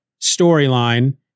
storyline